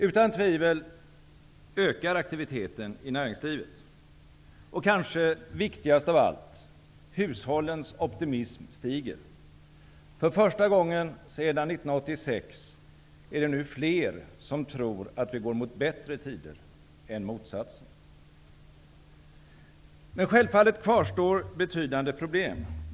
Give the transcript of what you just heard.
Utan tvivel ökar aktiviteten i näringslivet. Och kanske viktigast av allt: Hushållens optimism stiger. För första gången sedan 1986 är det nu fler som tror att vi går mot bättre tider än motsatsen. Men självfallet kvarstår betydande problem.